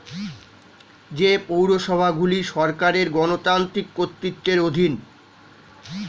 যে পৌরসভাগুলি সরকারের গণতান্ত্রিক কর্তৃত্বের অধীন